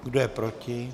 Kdo je proti?